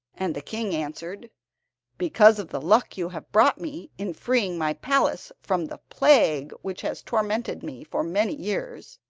and the king answered because of the luck you have brought me, in freeing my palace from the plague which has tormented me for many years,